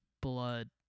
blood